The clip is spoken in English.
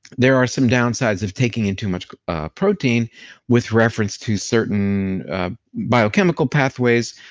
there are some downsides of taking in too much protein with reference to certain biochemical pathways,